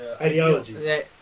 ideologies